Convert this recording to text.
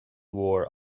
mhór